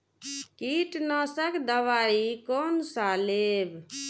कीट नाशक दवाई कोन सा लेब?